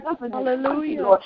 Hallelujah